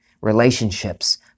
relationships